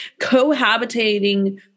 cohabitating